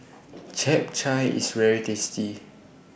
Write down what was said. Chap Chai IS very tasty